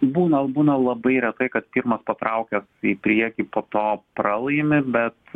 būna būna labai retai kad pirmas patraukia į priekį po to pralaimi bet